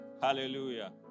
Hallelujah